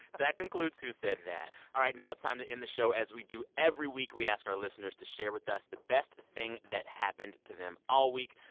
that concludes who said that all right, now it's time to end the show as we do every week. we ask our listeners to share with us the best thing that happened to them all week.